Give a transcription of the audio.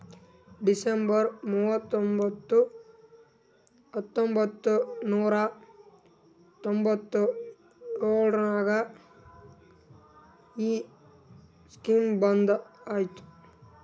December ಮೂವತೊಂಬತ್ತು ಹತ್ತೊಂಬತ್ತು ನೂರಾ ತೊಂಬತ್ತು ಎಳುರ್ನಾಗ ಈ ಸ್ಕೀಮ್ ಬಂದ್ ಐಯ್ತ